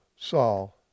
Saul